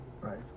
Right